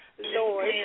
Lord